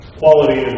quality